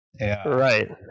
right